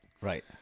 Right